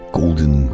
golden